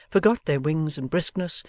forgot their wings and briskness,